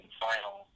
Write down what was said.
final